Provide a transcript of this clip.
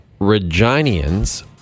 Reginians